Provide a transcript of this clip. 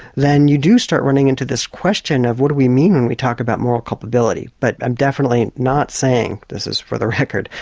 then you do start running into this question of what do we mean when we talk about moral culpability. but i'm definitely not saying, this is for the record,